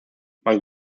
man